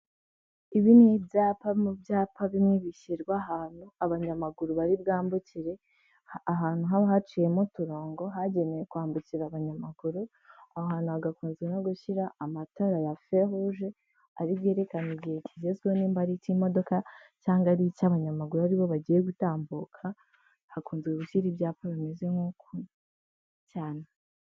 Ibi ni ibyapa mu byapa bimwe bishyirwa ahantu abanyamaguru baribwambukire, ahantu haba haciyemo uturongo hagenewe kwambukira abanyamaguru. Aho hantu hagakunze no gushyira amatara ya feruje aribwerekane igihe kigezweho nimba ari icy'imodoka cyangwa ari icy'abanyamaguru ari bo bagiye gutambuka. Hakunze gushyira ibyapa bimeze nk'uku cyane.